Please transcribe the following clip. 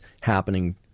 happening